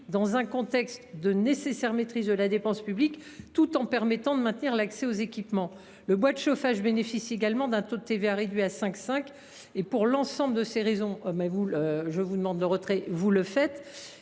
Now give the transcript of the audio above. dans un contexte de nécessaire maîtrise de la dépense publique, tout en permettant de maintenir l’accès aux équipements. Enfin, le bois de chauffage bénéficie d’un taux de TVA réduit à 5,5 %. Pour l’ensemble de ces raisons, le Gouvernement demande le retrait de cet